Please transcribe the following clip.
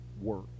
work